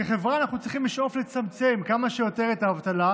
כחברה אנחנו צריכים לשאוף לצמצם כמה שיותר את האבטלה,